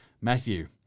Matthew